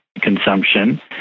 consumption